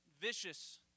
vicious